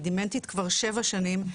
היא דמנטית כבר שבע שנים,